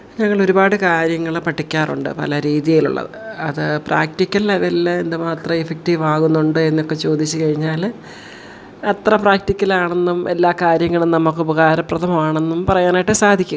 ഞാനാളൊരുപാട് കാര്യങ്ങൾ പഠിക്കാറുണ്ട് പല രീതിയിലുള്ളത് അത് പ്രാക്റ്റിക്കലതെല്ലാം എന്തു മാത്രം എഫക്റ്റീവാകുന്നുണ്ട് എന്നൊക്കെ ചോദിച്ചു കഴിഞ്ഞാൽ അത്ര പ്രാക്റ്റിക്കലാണെന്നും എല്ലാ കാര്യങ്ങളും നമുക്കുപകാരപ്രദമാണെന്നും പറയാനായിട്ടു സാധിക്കുകയില്ല